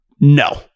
No